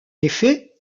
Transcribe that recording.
effet